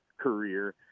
career